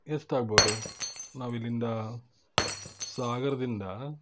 ಎಷ್ಟಾಗ್ಬೌದು ನಾವು ಇಲ್ಲಿಂದ ಸಾಗರದಿಂದ